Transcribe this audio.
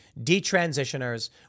detransitioners